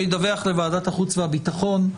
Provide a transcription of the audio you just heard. שידווח לוועדת החוץ והביטחון.